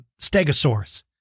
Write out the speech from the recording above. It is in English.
Stegosaurus